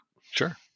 Sure